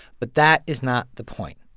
but that is not the point.